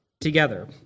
together